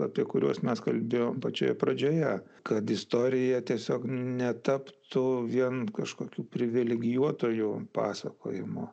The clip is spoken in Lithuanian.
apie kuriuos mes kalbėjom pačioje pradžioje kad istorija tiesiog netaptų vien kažkokių privilegijuotųjų pasakojimu